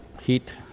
heat